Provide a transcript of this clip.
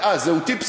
זהותי?